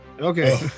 Okay